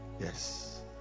Yes